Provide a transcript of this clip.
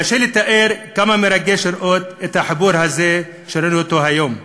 קשה לתאר כמה מרגש לראות את החיבור הזה שראינו היום.